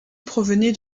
provenaient